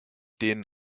denen